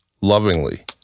lovingly